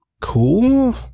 cool